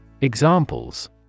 Examples